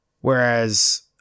Whereas